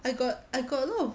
I got I got a lot of